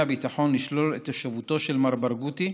הביטחון לשלול את תושבותו של מר ברגותי,